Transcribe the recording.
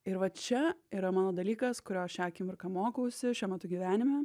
ir va čia yra mano dalykas kurio šią akimirką mokausi šiuo metu gyvenime